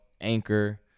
Anchor